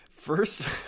First